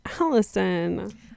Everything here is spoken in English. Allison